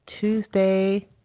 Tuesday